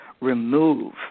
remove